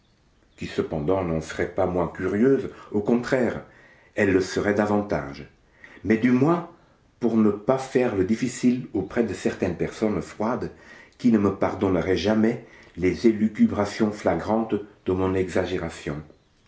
mais du moins pour ne pas faire le difficile auprès de certaines personnes froides qui ne me pardonneraient jamais les élucubrations flagrantes de mon exagération